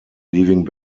leaving